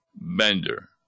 bender